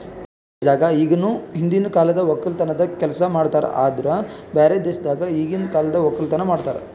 ನಮ್ ದೇಶದಾಗ್ ಇಗನು ಹಿಂದಕಿನ ಕಾಲದ್ ಒಕ್ಕಲತನದ್ ಕೆಲಸ ಮಾಡ್ತಾರ್ ಆದುರ್ ಬ್ಯಾರೆ ದೇಶದಾಗ್ ಈಗಿಂದ್ ಕಾಲದ್ ಒಕ್ಕಲತನ ಮಾಡ್ತಾರ್